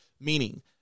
Meaning